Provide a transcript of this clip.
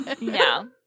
No